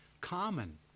common